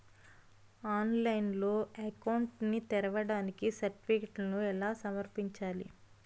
ఆన్లైన్లో అకౌంట్ ని తెరవడానికి సర్టిఫికెట్లను ఎలా సమర్పించాలి?